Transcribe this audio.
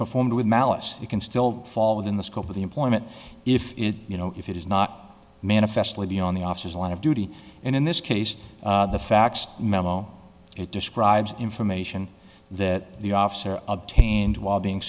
performed with malice you can still fall within the scope of the employment if you know if it is not manifestly on the officer's line of duty and in this case the facts memo it describes information that the officer obtained while being